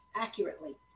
accurately